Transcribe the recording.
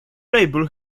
label